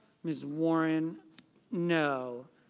ms. warren no.